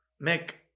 make